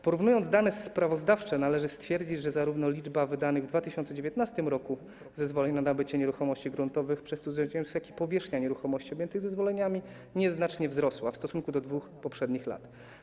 Porównując dane sprawozdawcze, należy stwierdzić, że zarówno liczba wydanych w 2019 r. zezwoleń na nabycie nieruchomości gruntowych przez cudzoziemców, jak i powierzchnia nieruchomości objętych zezwoleniami nieznacznie wzrosła w stosunku do poprzednich 2 lat.